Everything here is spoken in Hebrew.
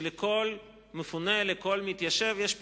שלכל מפונה, לכל מתיישב יש פתרון.